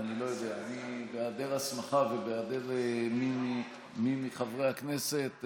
בהיעדר הסמכה ובהיעדר מי מחברי הכנסת,